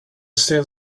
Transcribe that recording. still